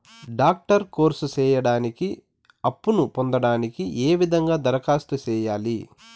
Doctor course సేయడానికి అప్పును పొందడానికి ఏ విధంగా దరఖాస్తు సేయాలి?